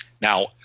Now